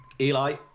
Eli